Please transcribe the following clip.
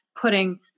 putting